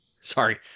Sorry